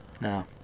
No